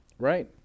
Right